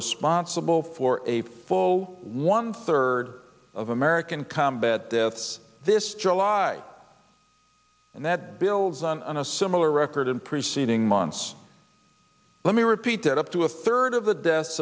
responsible for a full one third of american combat it's this july and that builds on a similar record in preceding months let me repeat that up to a third of the deaths